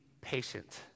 patient